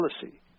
policy